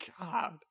God